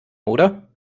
oder